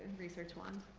research wand.